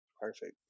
perfect